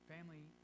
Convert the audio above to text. Family